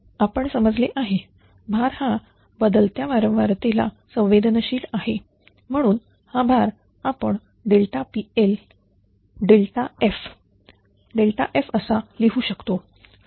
आपण समजली आहे भार हा बदलत्या वारंवार तिला संवेदनशील आहे म्हणून हा भार बदल आपणPL f f असा लिहू शकतो